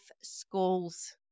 schools